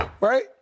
right